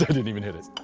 didn't even hit it.